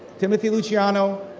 timothy luciano,